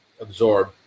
absorb